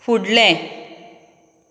फुडलें